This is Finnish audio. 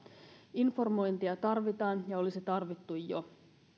informointia tarvitaan ja olisi tarvittu jo